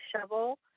shovel